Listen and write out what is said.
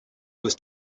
was